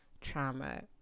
trauma